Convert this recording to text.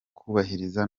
kubahiriza